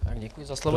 Děkuji za slovo.